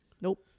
nope